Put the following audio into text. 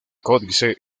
códice